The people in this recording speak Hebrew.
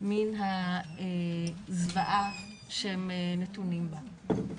מן הזוועה שהם נתונים בה.